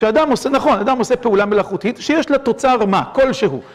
שאדם עושה, נכון, אדם עושה פעולה מלאכותית שיש לה תוצר מה כלשהו.